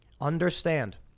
Understand